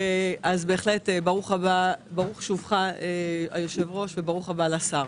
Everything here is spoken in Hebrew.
לכולם, ברוך שובך היושב-ראש, וברוך הבא לשר.